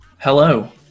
Hello